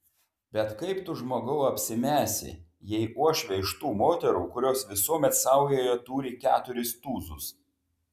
bet kaip tu žmogau apsimesi jei uošvė iš tų moterų kurios visuomet saujoje turi keturis tūzus